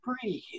breathe